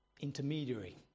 intermediary